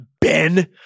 Ben